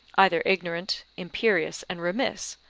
either ignorant, imperious, and remiss,